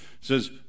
says